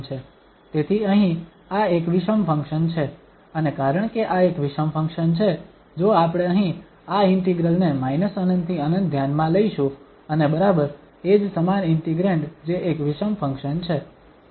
તેથી અહીં આ એક વિષમ ફંક્શન છે અને કારણકે આ એક વિષમ ફંક્શન છે જો આપણે અહીં આ ઇન્ટિગ્રલ ને ∞ થી ∞ ધ્યાનમાં લઈશું અને બરાબર એ જ સમાન ઇન્ટિગ્રેંડ જે એક વિષમ ફંક્શન છે